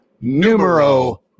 Numero